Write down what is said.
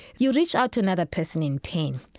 you reach out to another person in pain.